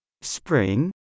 Spring